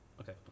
Okay